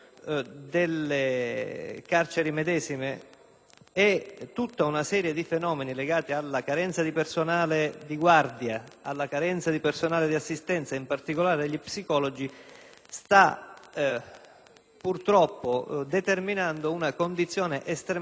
e tutta una serie di fenomeni legati alla carenza di personale di guardia e di assistenza (in particolare di psicologi) stanno purtroppo determinando una condizione estremamente allarmante nelle carceri italiane.